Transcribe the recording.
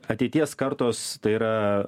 ateities kartos tai yra